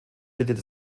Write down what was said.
bildet